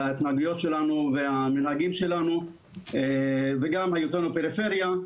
ההתנהגויות שלנו והמנהגים שלנו וגם היותנו פריפריה,